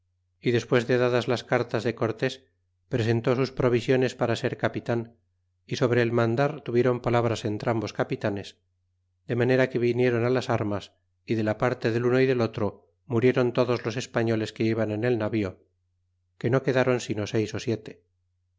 y despues de dadas las cartas de cortés presentó sus provisiones para ser capitan y sobre el mandar tuvieron palabras entrambos capitanes de manera que vinieron las armas y de la parte del uno y del otro murieron todos los españoles que iban en el navío que no quedron sino seis ó siete